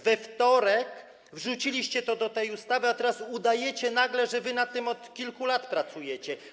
We wtorek wrzuciliście to do tej ustawy, a teraz nagle udajecie, że wy nad tym od kilku lat pracujecie.